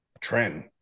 trend